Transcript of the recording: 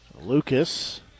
Lucas